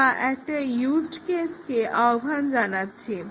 আমরা একটা ইউজ কেসকে আহ্বান জানাচ্ছি